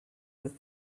with